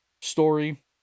story